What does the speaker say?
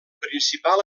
principal